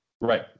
right